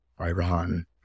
iran